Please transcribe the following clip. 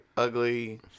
ugly